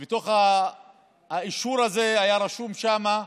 ובתוך האישור הזה היה רשום שם: